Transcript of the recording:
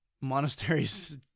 monasteries